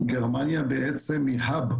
גרמניה בעצם היא 'האב',